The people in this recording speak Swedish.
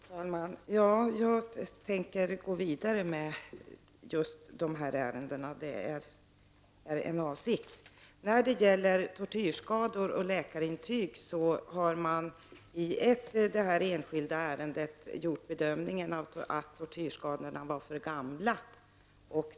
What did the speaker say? Herr talman! Jag tänker gå vidare med de här ärendena. När det gäller tortyrskador och läkarintyg har man i det här enskilda ärendet gjort bedömningen att tortyrskadorna var för gamla.